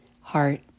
heart